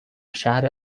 شهر